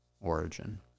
origin